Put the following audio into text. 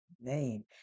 name